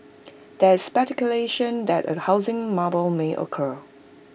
there is speculation that A housing bubble may occur